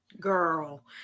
Girl